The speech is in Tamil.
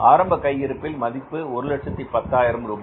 ஆரம்ப கையிருப்பில் மதிப்பு 110000 ரூபாய்